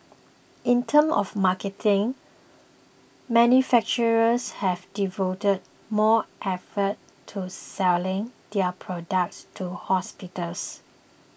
in terms of marketing manufacturers have devoted more effort to selling their products to hospitals